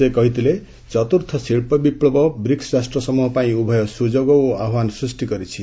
ସେ କହିଥିଲେ ଚତୁର୍ଥ ଶିଳ୍ପ ବିପ୍ଳବ ବ୍ରିକ୍କ ରାଷ୍ଟ୍ରସମୂହ ପାଇଁ ଉଭୟ ସୁଯୋଗ ଓ ଆହ୍ୱାନ ସୃଷ୍ଟି କରିଛି